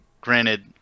granted